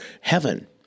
heaven